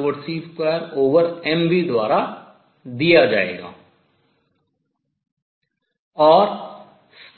और